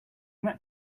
that